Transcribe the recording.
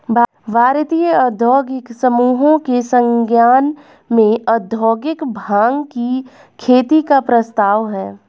भारतीय औद्योगिक समूहों के संज्ञान में औद्योगिक भाँग की खेती का प्रस्ताव है